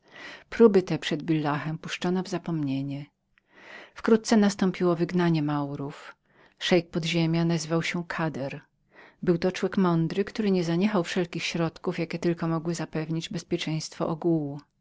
próby te przed billahem puszczono w zapomnienie wkrótce nastąpiło wygnanie maurów szeik podziemia nazywał się kader był to człek mądry który nie zaniechał wszelkich środków jakie tylko mogły zapewnić bezpieczeństwo ogółu